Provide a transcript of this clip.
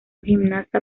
gimnasta